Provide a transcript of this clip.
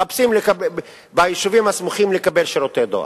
מחפשים ביישובים הסמוכים לקבל שירותי דואר.